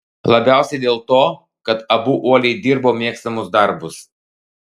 labiausiai dėl to kad abu uoliai dirbo mėgstamus darbus